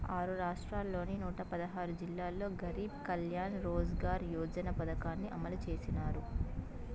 ఆరు రాష్ట్రాల్లోని నూట పదహారు జిల్లాల్లో గరీబ్ కళ్యాణ్ రోజ్గార్ యోజన పథకాన్ని అమలు చేసినారు